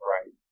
Right